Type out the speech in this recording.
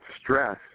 stress